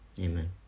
Amen